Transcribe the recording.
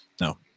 No